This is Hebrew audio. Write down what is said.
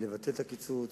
לבטל את הקיצוץ,